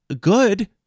good